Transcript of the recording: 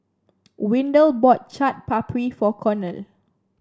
Windell bought Chaat Papri for Cornel